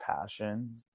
passion